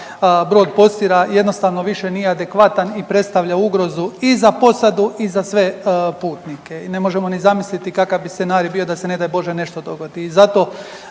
brod Postira jednostavno više nije adekvatan i predstavlja ugrozu i za posadu i za sve putnike i ne možemo ni zamisliti kakav bi scenarij bio da se ne daj bože nešto dogodi.